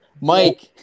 Mike